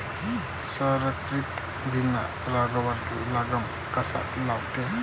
संकरीत बियानं रोगावर लगाम कसा लावते?